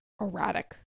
erratic